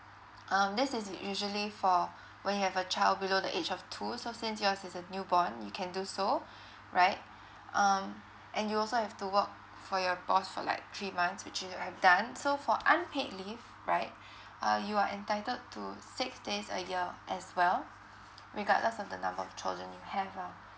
um this is usually for when you have a child below the age of two so since yours is a new born you can do so right um and you also have to work for your boss for like three months which you have done so for unpaid leave right uh you are entitled to six days a year as well regardless of the number of children you have lah